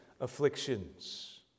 afflictions